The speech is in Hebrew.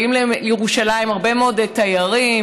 באים לירושלים הרבה מאוד תיירים,